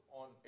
on